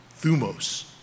thumos